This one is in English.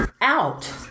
out